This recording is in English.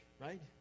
Right